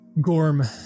Gorm